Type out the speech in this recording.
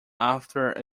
after